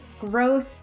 growth